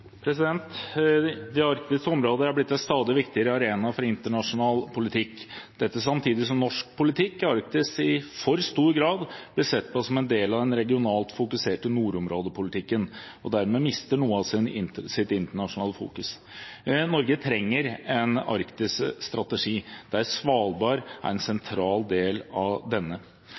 avsluttet. Det arktiske området er blitt en stadig viktigere arena for internasjonal politikk – dette samtidig som norsk politikk i Arktis i for stor grad blir sett på som en del av den regionalt fokuserte nordområdepolitikken, og dermed mister noe av sitt internasjonale fokus. Norge trenger en arktisstrategi der Svalbard er en sentral del.